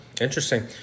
Interesting